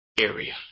area